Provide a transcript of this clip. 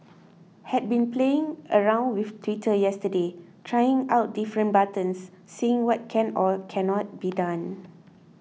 had been playing around with Twitter yesterday trying out different buttons seeing what can or cannot be done